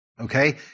Okay